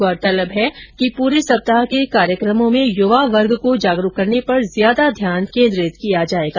गौरतलब है कि पूरे सप्ताह के कार्यक्रमों में युवा वर्ग को जागरूक करने पर ज्यादा ध्यान केन्द्रित किया जाएगा